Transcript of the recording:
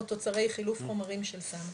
או תוצרי חילוף חומרים של סם,